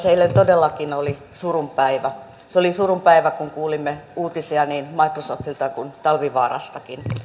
eilen todellakin oli surun päivä se oli surun päivä kun kuulimme uutisia niin microsoftilta kuin talvivaarastakin